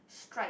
stripe